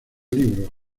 libro